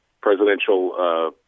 presidential